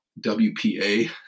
WPA